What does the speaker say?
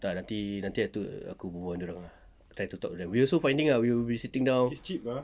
tak nanti nanti aku berbual dengan dorang ah try to talk to them we also finding ah we will be sitting down